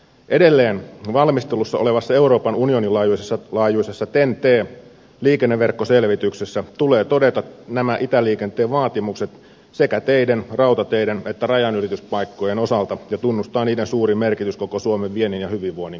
edelleen valmistelussa olevassa euroopan unionin laajuisessa ten t liikenneverkkoselvityksessä tulee todeta nämä itäliikenteen vaatimukset sekä teiden rautateiden että rajanylityspaikkojen osalta ja tunnustaa niiden suuri merkitys koko suomen viennin ja hyvinvoinnin kannalta